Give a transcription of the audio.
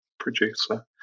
producer